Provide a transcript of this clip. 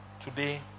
Today